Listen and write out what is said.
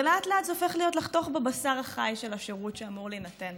ולאט-לאט זה הופך להיות לחתוך בבשר החי של השירות שאמור להינתן